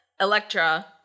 Electra